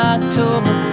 October